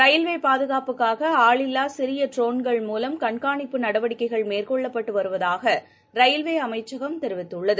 ரயில் பாதுகாப்புக்காகஆளில்லாசிறியட்ரோன்கள் கண்காணிப்பு மூலம் நடவடிக்கைகள் மேற்கொள்ளப்பட்டுவருவதாகரயில்வேஅமைச்சகம் தெரிவித்துள்ளது